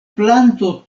planto